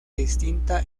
distinta